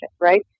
right